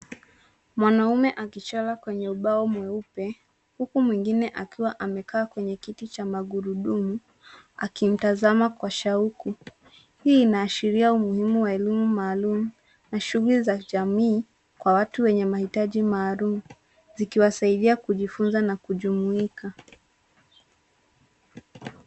Mwanaume akichora kwenye ubao mweupe huku mwingine akiwa amekaa kwenye kiti cha magurudumu akimtazama kwa shauku. Hii inaashiria umuhimu wa elimu maalum na shughuli za jamii kwa watu wenye mahitaji maalum zikiwasaidia kujifunza na kujumuika.